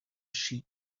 sheep